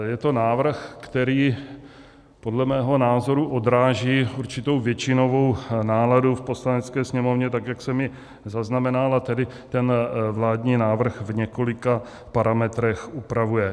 Je to návrh, který podle mého názoru odráží určitou většinovou náladu v Poslanecké sněmovně tak, jak jsem ji zaznamenal, a tedy ten vládní návrh v několika parametrech upravuje.